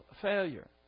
failure